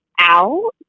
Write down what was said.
out